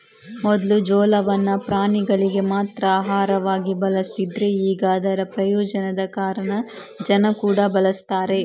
ಮೊದ್ಲು ಜೋಳವನ್ನ ಪ್ರಾಣಿಗಳಿಗೆ ಮಾತ್ರ ಆಹಾರವಾಗಿ ಬಳಸ್ತಿದ್ರೆ ಈಗ ಅದರ ಪ್ರಯೋಜನದ ಕಾರಣ ಜನ ಕೂಡಾ ಬಳಸ್ತಾರೆ